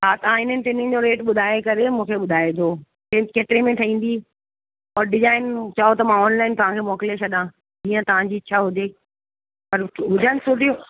हा तव्हां इन्हीनि टिनिनि जो रेट ॿुधाए करे मूंखे ॿुधाइजो चेन केतिरे में ठहींदी और डिजाइन चओ त मां ऑनलाइन तव्हांखे मोकिले छॾियां जीअं तव्हांजी इच्छा हुजे पर हुजनि सूठियूं